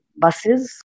buses